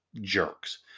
jerks